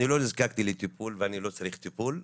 אני לא נזקקתי לטיפול ואני לא צריך טיפול,